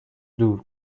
دور